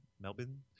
Melbourne